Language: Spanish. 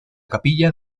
capilla